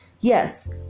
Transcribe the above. yes